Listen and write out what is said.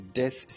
death